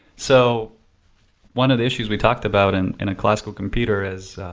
so one of the issues we talked about and in a classical computer is